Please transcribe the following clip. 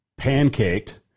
pancaked